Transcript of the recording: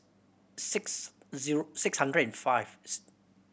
six zero six hundred and fifth